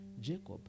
Jacob